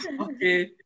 Okay